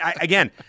again